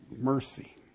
mercy